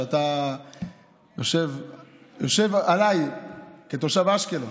שאתה יושב עליי כתושב אשקלון,